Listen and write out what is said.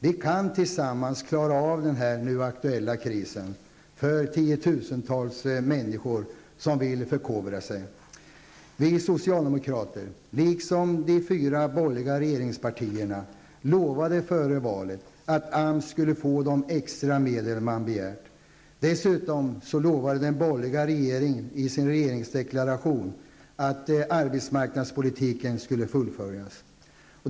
Vi kan tillsammans klara av den nu aktuella krisen för tiotusentals människor som vill förkovra sig. Vi socialdemokrater, liksom de fyra borgerliga regeringspartierna, lovade före valet att AMS skulle få de extra medel man begärt. Dessutom lovade den borgerliga regeringen i sin regeringsdeklaration att arbetsmarknadspolitiken skulle fullföljas.